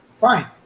Fine